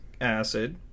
acid